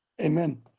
Amen